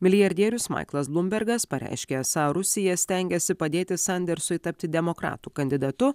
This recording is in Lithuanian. milijardierius maiklas blumbergas pareiškė esą rusija stengiasi padėti sandersui tapti demokratų kandidatu